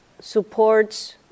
supports